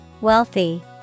Wealthy